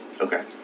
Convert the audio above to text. Okay